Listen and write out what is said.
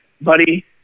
buddy